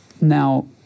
Now